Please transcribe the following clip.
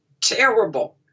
terrible